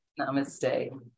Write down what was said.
namaste